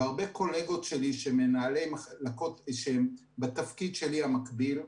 והרבה קולגות שלי, שהם בתפקיד שלי המקביל.